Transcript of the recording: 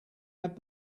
had